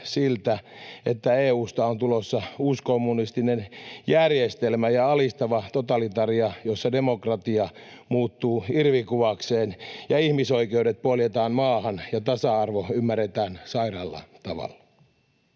siltä, että EU:sta on tulossa uuskommunistinen järjestelmä ja alistava totalitaria, jossa demokratia muuttuu irvikuvakseen ja ihmisoikeudet poljetaan maahan ja tasa-arvo ymmärretään sairaalla tavalla.